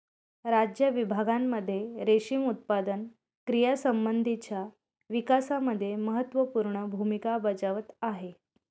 राज्य विभागांमध्ये रेशीम उत्पादन क्रियांसंबंधीच्या विकासामध्ये महत्त्वपूर्ण भूमिका बजावत आहे